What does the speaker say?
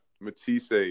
Matisse